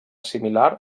similar